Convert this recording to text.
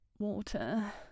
Water